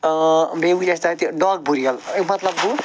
بیٚیہِ وٕچھ اَسہِ تَتہِ ڈاگ بُریَل اَمیُک مطلب گوٚو